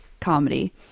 comedy